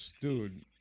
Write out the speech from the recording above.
dude